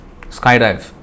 Skydive